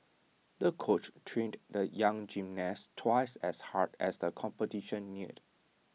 the coach trained the young gymnast twice as hard as the competition neared